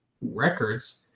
records